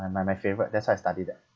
my my my favourite that's why I study that